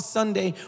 Sunday